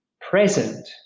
present